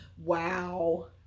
Wow